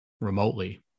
remotely